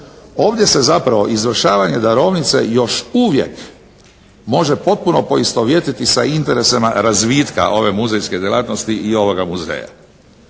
Ovdje se zapravo izvršavanje darovnice još uvijek može potpuno poistovjetiti sa interesima razvitka ove muzejske djelatnosti i ovoga muzeja